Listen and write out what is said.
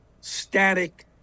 static